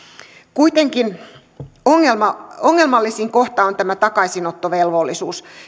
kuitenkin ongelmallisin kohta on tämä takaisinottovelvollisuus